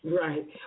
Right